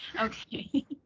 Okay